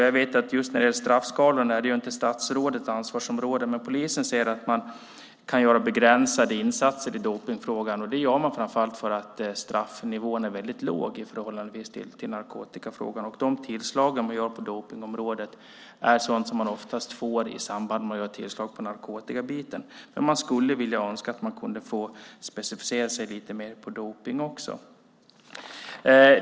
Jag vet att straffskalorna inte är statsrådet Maria Larssons ansvarsområde. Men polisen säger att man kan göra begränsade insatser i dopningsfrågan på grund av att straffnivån är väldigt låg när det gäller dopning i förhållande till narkotika. De tillslag som görs på dopningsområdet sker ofta i samband med att man gör tillslag på narkotikaområdet. Polisen skulle vilja rikta in sig lite mer specifikt på dopningsfrågorna också.